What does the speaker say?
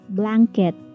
blanket